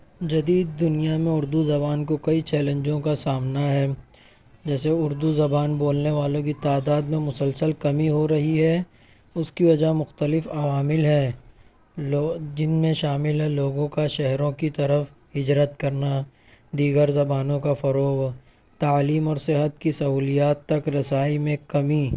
جدید دنیا میں اردو زبان کو کئی چیلینجوں کو سامنا ہے جیسے اردو زبان بولنے والوں کی تعداد میں مسلسل کمی ہو رہی ہے اس کی وجہ مختلف عوامل ہے لوگ جن میں شامل ہے لوگوں کا شہروں کی طرف ہجرت کرنا دیگر زبانوں کا فروغ تعلیم اور صحت کی سہولیات تک رسائی میں کمی